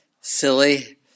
silly